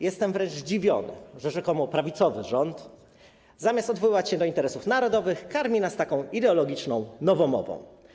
Jestem wręcz zdziwiony, że rzekomo prawicowy rząd, zamiast odwołać się do interesów narodowych, karmi nas taką ideologiczną nowomową.